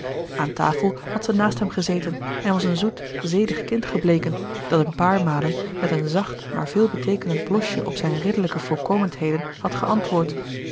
aan tafel had ze naast hem gezeten en was een zoet zedig kind gebleken dat een paar malen met een zacht maar veelbeteekenend blosje op zijne ridderlijke voorkomendheden had geantwoord